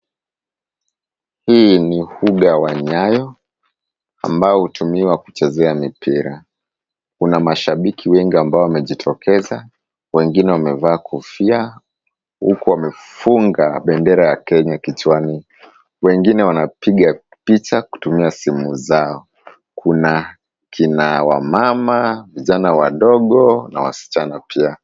Huu ni uga wa Nyayo, ambao hutumiwa kuchezea mipira, kuna mashabiki wengi ambao wamejitokeza, wengine wamevaa kofia huku wamefunga bendera ya Kenya kichwani, wengine wanapiga picha kutumia simu zao, kuna akina mama, vijana wadogo na wasichana pia.